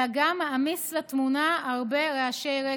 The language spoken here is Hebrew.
אלא גם מעמיס על התמונות הרבה רעשי רקע,